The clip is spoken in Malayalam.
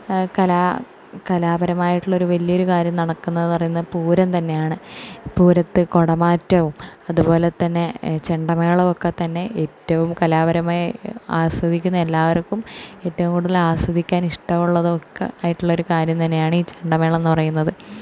കലാ കലാപരമായിട്ടുള്ള ഒരു വലിയൊരു കാര്യം നടക്കുന്നത് എന്ന് പറയുന്നത് പൂരം തന്നെയാണ് പൂരത്തെ കുടമാറ്റവും അതുപോലെതന്നെ ചെണ്ടമേളവും ഒക്കെ തന്നെ ഏറ്റവും കലാപരമായി ആസ്വദിക്കുന്ന എല്ലാവർക്കും ഏറ്റവും കൂടുതൽ ആസ്വദിക്കാൻ ഇഷ്ടമുള്ളതൊക്കെ ആയിട്ടുള്ള ഒരു കാര്യം തന്നെയാണ് ഈ ചെണ്ടമേളം എന്ന് പറയുന്നത്